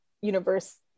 universe